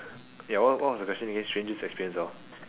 ya what what was the question again strangest experience of